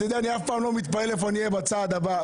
אני אף פעם לא מתפעל איפה אני אהיה בצד הבא.